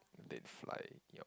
dead fly in your mouth